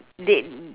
they